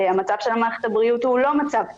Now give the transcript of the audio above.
המצב של מערכת הבריאות הוא לא מצב טוב.